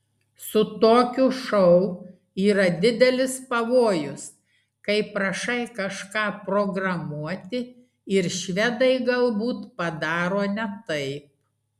su tokiu šou yra didelis pavojus kai prašai kažką programuoti ir švedai galbūt padaro ne taip